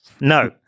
No